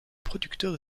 producteurs